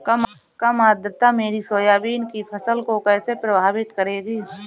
कम आर्द्रता मेरी सोयाबीन की फसल को कैसे प्रभावित करेगी?